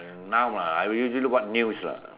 now lah I usually watch news lah